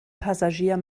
passagier